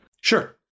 Sure